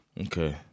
Okay